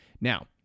Now